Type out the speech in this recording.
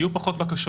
יהיו פחות בקשות.